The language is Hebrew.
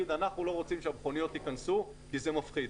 שאנחנו לא רוצים שהמכוניות ייכנסו כי זה מפחיד.